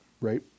Right